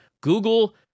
Google